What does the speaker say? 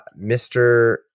mr